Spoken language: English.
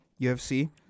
UFC